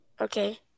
Okay